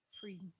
free